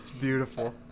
beautiful